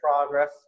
progress